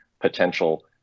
potential